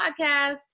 podcast